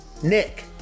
Nick